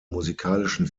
musikalischen